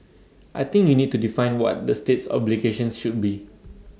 I think you need to define what the state's obligations should be